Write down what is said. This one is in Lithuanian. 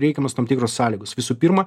reikiamos tam tikros sąlygos visų pirma